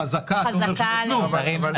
חזקה עליהם שנתנו דעתם,